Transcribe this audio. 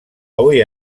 avui